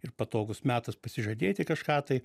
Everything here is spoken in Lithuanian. ir patogus metas pasižadėti kažką tai